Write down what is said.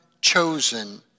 chosen